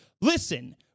listen